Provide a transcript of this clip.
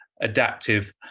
adaptive